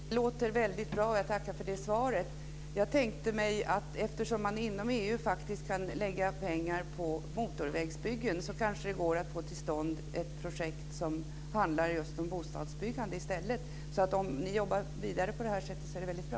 Fru talman! Det låter väldigt bra. Jag tackar för det svaret. Jag tänkte mig att eftersom man inom EU faktiskt kan lägga pengar på motorvägsbyggen så kanske det går att få till stånd ett projekt som handlar just om bostadsbyggande i stället. Om ni jobbar vidare på detta sätt är det väldigt bra.